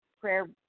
Prayer